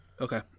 Okay